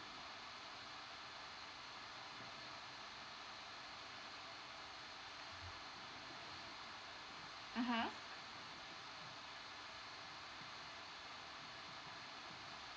mmhmm